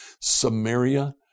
Samaria